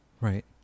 Right